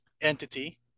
entity